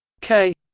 k